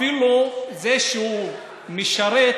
אפילו שהוא משרת,